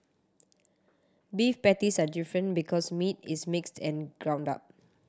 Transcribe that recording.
beef patties are different because meat is mixed and ground up